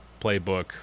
playbook